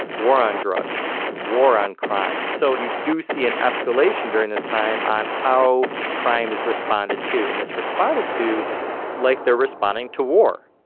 war on drugs, the war on crime. so you do see an escalation during this time on how crime is responded to. and it's responded to like they're responding to war